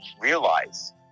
realize